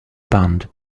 band